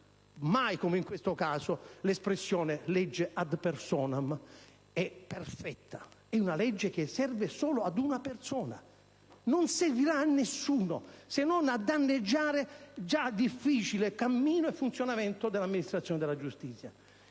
mai come in questo caso l'espressione "legge *ad personam*" è perfetta. È una legge che serve solo ad una persona. Non servirà a nessuno, se non a danneggiare il già difficile cammino e funzionamento dell'amministrazione della giustizia.